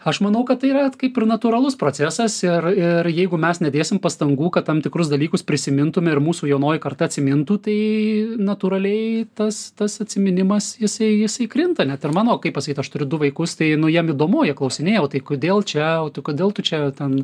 aš manau kad tai yra kaip ir natūralus procesas ir ir jeigu mes nedėsim pastangų kad tam tikrus dalykus prisimintume ir mūsų jaunoji karta atsimintų tai natūraliai tas tas atsiminimas jisai jisai krinta net ir mano kaip pasakyt aš turiu du vaikus tai nu jiem įdomu jie klausinėja o tai kodėl čia o tai kodėl tu čia ten